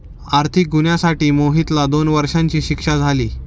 आर्थिक गुन्ह्यासाठी मोहितला दोन वर्षांची शिक्षा झाली